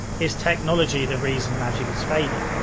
is technology the reason magick is fading?